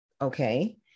okay